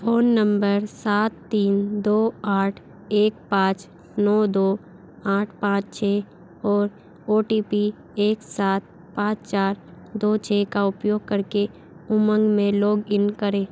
phone number सात तीन दो आठ एक पाँच नौ दो आठ पाँच छः और ओ टी पी एक सात पाँच चार दो छः का उपयोग करके उमंग में लॉग इन करें